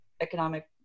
economic